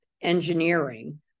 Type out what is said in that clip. engineering